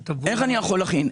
איך אני יכול להכין?